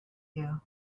you